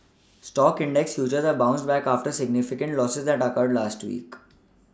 stock index futures have bounced back after significant Losses that occurred last week